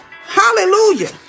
Hallelujah